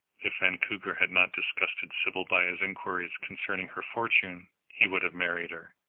if vancouver had not disgusted sybil by his inquiries concerning her fortune, he would have married her,